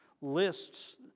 lists